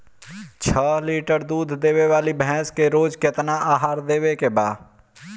छह लीटर दूध देवे वाली भैंस के रोज केतना आहार देवे के बा?